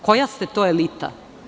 Koja ste to elita?